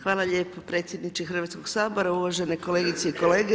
Hvala lijepo predsjedniče Hrvatskog sabora, uvaženi kolegice i kolege.